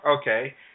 okay